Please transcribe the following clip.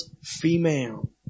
female